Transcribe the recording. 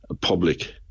public